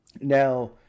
Now